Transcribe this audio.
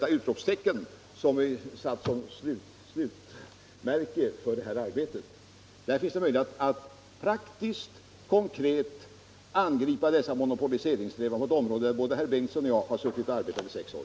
För oss framstod det yttrandet som ett utropstecken, ett allvarligt observantum för hela detta arbete. Där fanns en möjlighet att konkret angripa monopoliseringssträvandena inom ett område, där både herr Bengtson och jag hade arbetat i sex år.